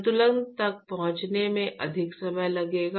संतुलन तक पहुँचने में अधिक समय लगेगा